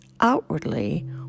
Outwardly